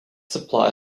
supply